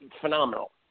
Phenomenal